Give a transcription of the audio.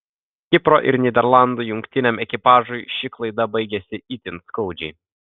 kipro ir nyderlandų jungtiniam ekipažui ši klaida baigėsi itin skaudžiai